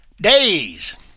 Days